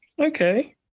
Okay